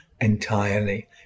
entirely